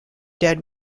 dead